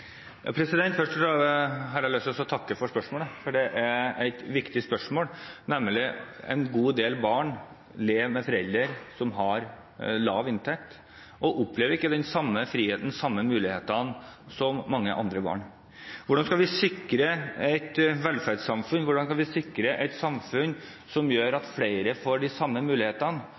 del barn lever med foreldre som har lav inntekt, og de opplever ikke den samme friheten og har ikke de samme mulighetene som mange andre barn. Hvordan skal vi sikre velferdssamfunnet? Hvordan kan vi sikre et samfunn som gjør